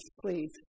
please